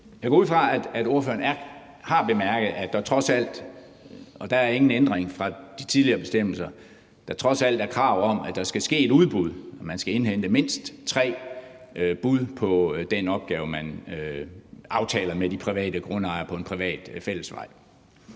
i forhold til det tidligere bestemmelser – er krav om, at der skal ske et udbud, at man skal indhente mindst tre bud på den opgave, man aftaler med de private grundejere på en privat fællesvej.